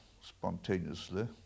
spontaneously